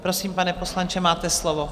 Prosím, pane poslanče, máte slovo.